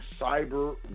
cyber